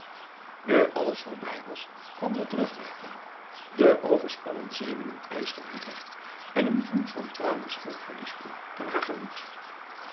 nu alles voorbij was kwam de terugwerking de overspannen zenuwen eischten haar recht en een vloed van tranen schonk verlichting aan haar gemoed